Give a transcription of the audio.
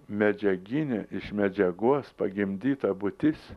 medžiaginė iš medžiagos pagimdyta būtis